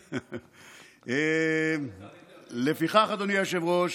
חופשי, לפיכך, אדוני היושב-ראש,